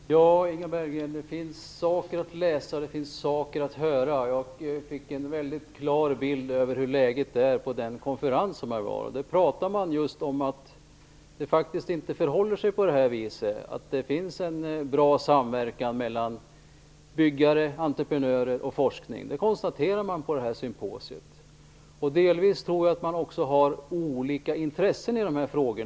Fru talman! Det finns saker att läsa och det finns saker att höra. Jag fick en väldigt klar bild över läget under den konferens som jag var på. På det symposiet konstaterade man just att det faktiskt inte finns någon bra samverkan mellan byggare, entreprenörer och forskning. Delvis har man nog också olika intressen i dessa frågor.